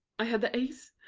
i had the ace,